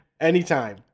Anytime